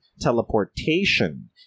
teleportation